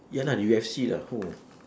ya lah U_F_C lah [ho]